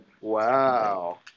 Wow